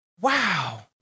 Wow